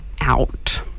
out